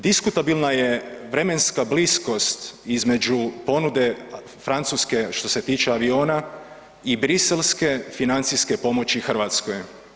Diskutabilna je vremenska bliskost između ponude Francuske što se tiče aviona i Briselske financijske pomoći Hrvatskoj.